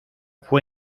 fue